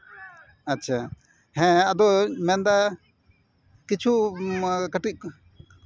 ᱟᱪᱪᱷᱟ ᱦᱮᱸ ᱟᱫᱚᱧ ᱢᱮᱱᱫᱟ ᱠᱤᱪᱷᱩ ᱠᱟᱹᱴᱤᱡ